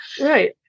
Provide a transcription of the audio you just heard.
right